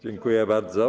Dziękuję bardzo.